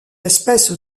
espèce